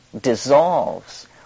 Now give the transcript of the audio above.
dissolves